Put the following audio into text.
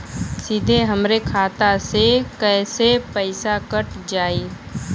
सीधे हमरे खाता से कैसे पईसा कट जाई?